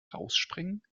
rausspringen